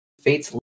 Fates